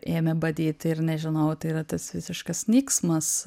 ėmė badyti ir nežinau tai yra tas visiškas nyksmas